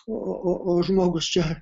o o o žmogus čia